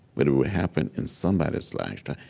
but it would happen in somebody's lifetime.